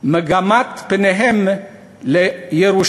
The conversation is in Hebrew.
/ מגמת פניהם ירושלים,